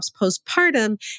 postpartum